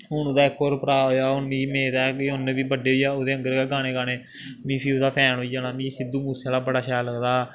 हून ओह्दा इक होर भ्राऽ होए दा हून मिगी मेद ऐ कि उन्न बी बड्डे होइयै ओह्दे आंह्गर गै गाने गाने मीं फ्ही ओह्दा फैन होई जाना में सिद्धू मूसे आह्ला बड़ा शैल लगदा हा